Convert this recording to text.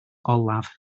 olaf